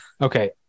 Okay